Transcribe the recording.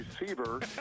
receiver